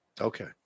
Okay